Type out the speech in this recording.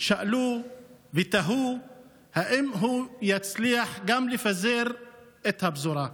שאלו ותהו אם הוא יצליח גם לפזר את הפזורה.